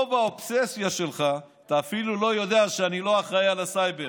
מרוב האובססיה שלך אתה אפילו לא יודע שאני לא אחראי לסייבר.